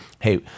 hey